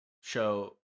show